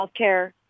healthcare